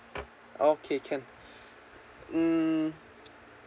okay can hmm